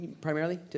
primarily